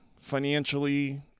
financially